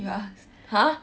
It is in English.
ya !huh!